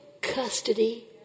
custody